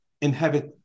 inhabit